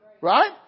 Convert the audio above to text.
Right